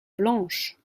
blanches